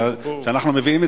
זה ברור.